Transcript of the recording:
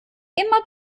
immer